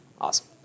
Awesome